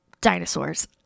dinosaurs